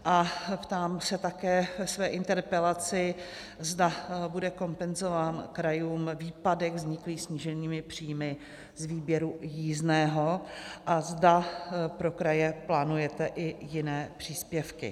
A ptám se také ve své interpelaci, zda bude kompenzován krajům výpadek vzniklý sníženými příjmy z výběru jízdného a zda pro kraje plánujete i jiné příspěvky.